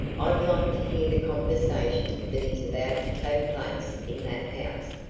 i'd like to hear the conversation that is about to take place in that house.